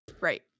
Right